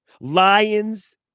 Lions